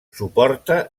suporta